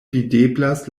videblas